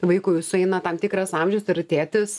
vaikui sueina tam tikras amžius ir tėtis